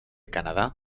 canadá